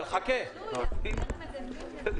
חברי הכנסת, מי בעד התקנות, כולל כל התיקונים?